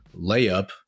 layup